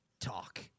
talk